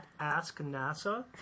AskNASA